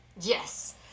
Yes